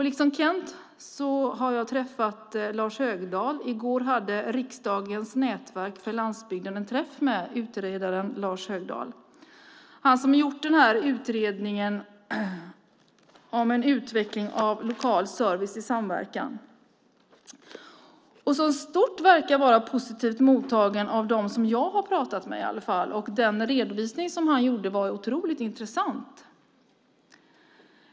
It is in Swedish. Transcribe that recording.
Liksom Kent Persson har jag träffat Lars Högdahl. I går hade riksdagens nätverk för landsbygden en träff med utredaren Lars Högdahl som har gjort den här utredningen om en utveckling av lokal service i samverkan. Den verkar i stort vara positivt mottagen av dem som jag har pratat med i alla fall. Den redovisning han gjorde var otroligt intressant.